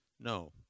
no